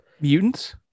mutants